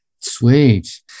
sweet